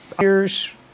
years